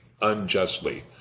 unjustly